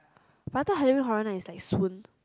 but I thought having horror night is like soon